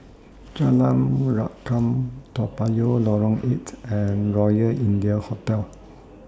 Jalan Rukam Toa Payoh Lorong eight and Royal India Hotel